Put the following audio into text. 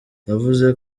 yavuze